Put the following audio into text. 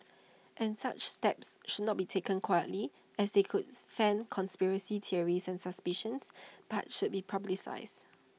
and such steps should not be taken quietly as they could fan conspiracy theories and suspicions but should be publicised